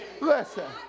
Listen